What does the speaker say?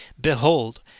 Behold